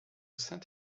saint